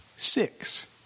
Six